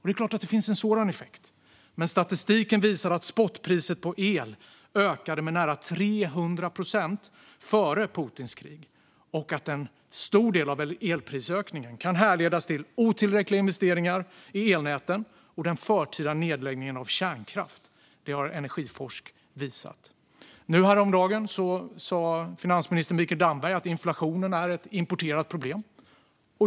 Det är klart att det finns en sådan effekt, men statistiken visar att spotpriset på el ökade med nära 300 procent före Putins krig. Och att en stor del av elprisökningen kan härledas till otillräckliga investeringar i elnäten och den förtida nedläggningen av kärnkraft har Energiforsk visat. Häromdagen sa finansminister Mikael Damberg att inflationen är ett importerat problem.